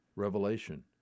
Revelation